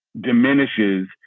diminishes